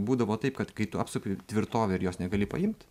būdavo taip kad kai tu apsupi tvirtovę ir jos negali paimt